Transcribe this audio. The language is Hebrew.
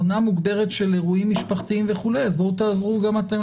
עונה מוגדרת של אירועים משפחתיים וכו' אז בואו תעזרו גם אתם